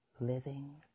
Living